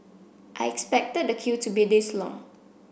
I expected the queue to be this long